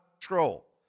control